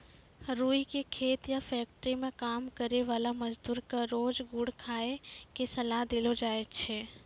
रूई के खेत या फैक्ट्री मं काम करै वाला मजदूर क रोज गुड़ खाय के सलाह देलो जाय छै